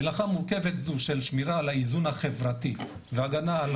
מלאכה מורכבת זאת של שמירה על האיזון החברתי והגנה על